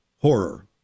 horror